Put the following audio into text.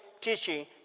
teaching